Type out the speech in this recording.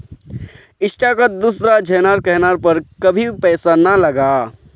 स्टॉकत दूसरा झनार कहनार पर कभी पैसा ना लगा